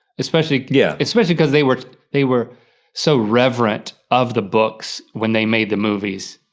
especially yeah. especially because they were they were so reverent of the books when they made the movies.